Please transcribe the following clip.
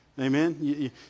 Amen